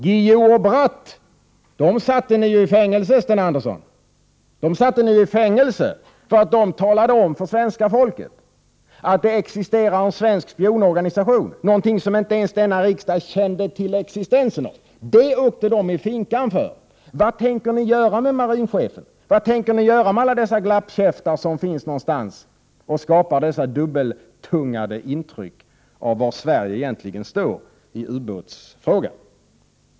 Guillou och Bratt satte ni ju i fängelse, Sten Andersson, därför att de talade om för svenska folket att det existerar en svensk spionorganisation, någonting som denna riksdag över huvud taget inte kände till. Detta åkte de i finkan för. Vad tänker ni göra med marinchefen, med alla dessa glappkäftar som finns någonstans och skapar dessa dubbeltungande intryck av var Sverige egentligen står i ubåtsfrågan?